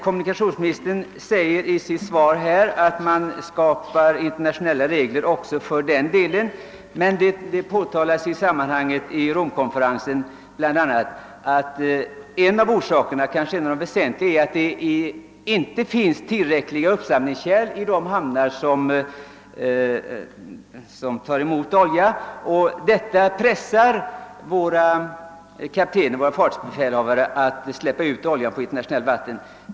Kommunikationsministern framhåller i sitt svar att det bör skapas internationella regler även för den delen. Det påtalades i det sammanhanget vid Romkonferensen bl.a. att en av de kanske väsentligaste orsakerna till svårigheterna att åstadkomma sådana regler är att det inte finns tillräckliga uppsamlingskärl i de hamnar som tar emot olja. Detta pressar befälhavarna att släppa ut oljan på internationellt vatten.